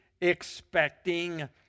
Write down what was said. expecting